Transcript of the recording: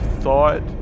thought